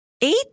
eight